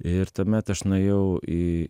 ir tuomet aš nuėjau į